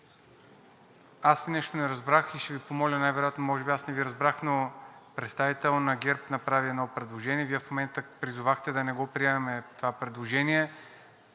аз нищо не разбрах и ще Ви помоля най-вероятно, може би аз не Ви разбрах, но представител на ГЕРБ направи едно предложение, Вие в момента призовахте да не го приемаме това предложение.